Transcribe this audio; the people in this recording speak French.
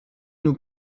nous